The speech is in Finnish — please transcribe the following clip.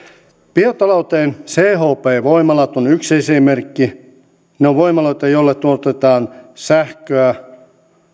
biotalouteen chp voimalat on yksi esimerkki ne ovat voimaloita joilla tuotetaan sähköä